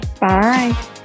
Bye